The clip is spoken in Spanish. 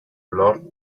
lord